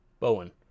Bowen